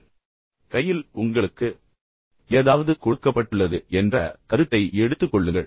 எனவே கையில் உங்களுக்கு ஏதாவது கொடுக்கப்பட்டுள்ளது என்ற கருத்தை எடுத்துக் கொள்ளுங்கள்